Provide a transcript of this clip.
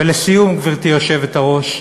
ולסיום, גברתי היושבת-ראש,